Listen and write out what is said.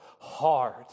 hard